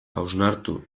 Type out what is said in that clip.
hausnartu